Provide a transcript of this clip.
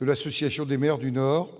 De l'association des maires du Nord.